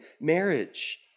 marriage